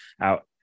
out